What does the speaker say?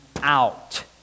out